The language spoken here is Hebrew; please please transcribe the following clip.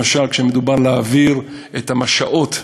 למשל כשמדובר להעביר את המש"אות,